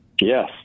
Yes